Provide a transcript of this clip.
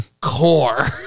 core